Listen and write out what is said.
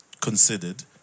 considered